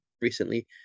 recently